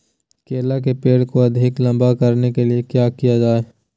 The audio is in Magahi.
केला के पेड़ को अधिक लंबा करने के लिए किया किया जाए?